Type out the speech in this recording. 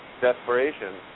desperation